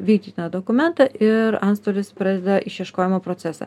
vykdytiną dokumentą ir antstolis pradeda išieškojimo procesą